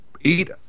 eat